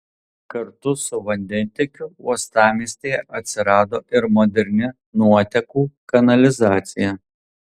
kartu su vandentiekiu uostamiestyje atsirado ir moderni nuotekų kanalizacija